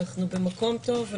אנחנו במקום טוב,